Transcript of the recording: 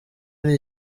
ari